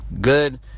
good